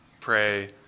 pray